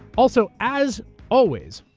also, as always,